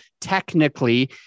technically